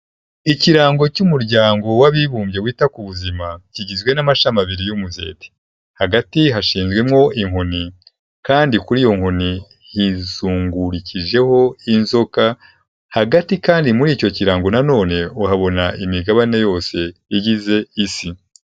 Ikirango cy'umuryango w'abibumbye wita ku buzima kigizwe n'amashami abiri y'umuzeti, hagati hashinzweko inkoni kandi kuri iyo nkoni hizungurukijeho inzoka, hagati kandi muri icyo kirango nanone uhabona imigabane yose igize Isi.